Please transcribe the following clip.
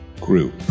group